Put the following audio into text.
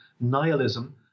nihilism